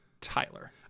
Tyler